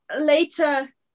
later